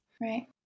Right